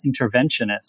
interventionist